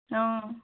অঁ